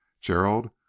Gerald